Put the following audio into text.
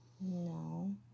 No